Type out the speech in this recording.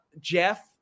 Jeff